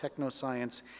Technoscience